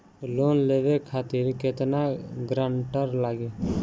Loan लेवे खातिर केतना ग्रानटर लागी?